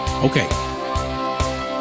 Okay